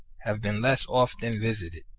have been less often visited,